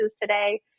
today